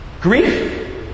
Grief